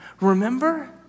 Remember